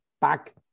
back